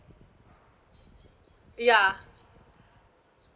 ya